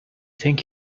think